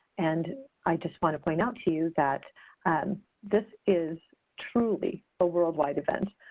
and i just want to point out to you that this is truly a worldwide event.